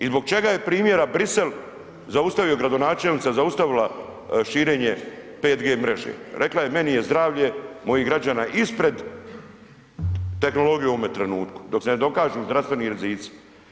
I zbog čega je primjera Bruxelles zaustavio, gradonačelnica zaustavila širenje 5G mreže, rekla je meni je zdravlje mojih građana ispred tehnologije u ovome trenutku dok se ne dokažu zdravstveni rizici.